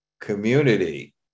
community